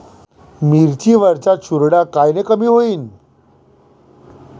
मिरची वरचा चुरडा कायनं कमी होईन?